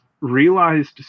realized